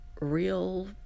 real